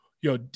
yo